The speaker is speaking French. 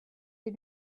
des